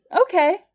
Okay